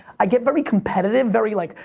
i get very competitive. very, like,